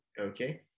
Okay